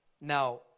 Now